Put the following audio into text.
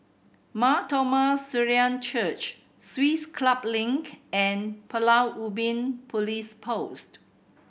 Mar Thoma Syrian Church Swiss Club Link and Pulau Ubin Police Post